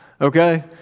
Okay